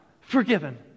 forgiven